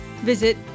visit